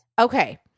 Okay